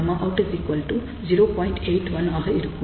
81 ஆக இருக்கும்